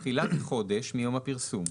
התחילה היא חודש מיום הפרסום.